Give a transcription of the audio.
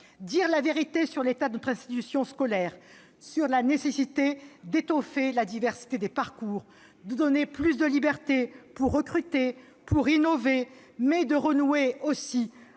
dire la vérité sur l'état de notre institution scolaire, sur la nécessité d'étoffer la diversité des parcours, de donner plus de liberté pour recruter, pour innover, mais aussi de renouer avec